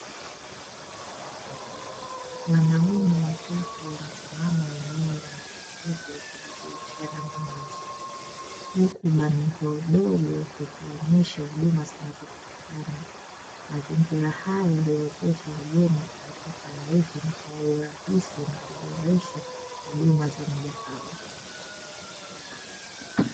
Wanaume watatu wamesimama eneo la mapokezi wakibadilishana mawazo. Huku bango dogo likionyesha huduma zinazopatikana. Mazingira haya huwezesha wageni kupata taarifa na kwa urahisi na kuboresha huduma za mgahawa.